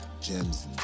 gems